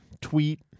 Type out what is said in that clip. tweet